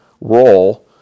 role